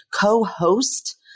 co-host